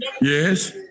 Yes